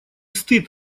стыд